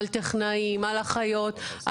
על טכנאים ועל אחיות,